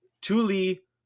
Tuli